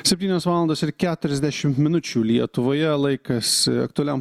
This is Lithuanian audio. septynios valandos ir keturiasdešimt minučių lietuvoje laikas aktualiam